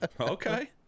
Okay